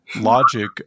logic